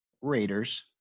Raiders